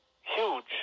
huge